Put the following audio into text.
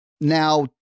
Now